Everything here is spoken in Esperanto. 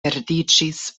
perdiĝis